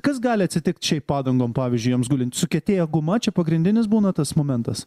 kas gali atsitikt šiaip padangom pavyzdžiui joms gulint sukietėja guma čia pagrindinis būna tas momentas